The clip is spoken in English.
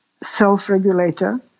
self-regulator